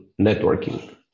networking